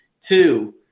two